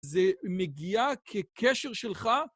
זה מגיע כקשר שלך.